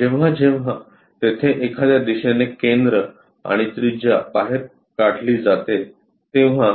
जेव्हा जेव्हा तेथे एखाद्या दिशेने केंद्र आणि त्रिज्या बाहेर काढली जाते तेव्हा